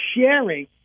sharing